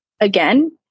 again